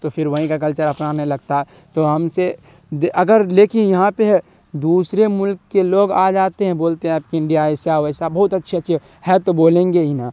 تو پھر وہیں کا کلچر اپنانے لگتا ہے تو ہم سے اگر لیکن یہاں پہ دوسرے ملک کے لوگ آ جاتے ہیں بولتے ہیں آپ کی انڈیا ایسا ہے ویسا ہے بہت اچھے اچھے ہے تو بولیں گے ہی نا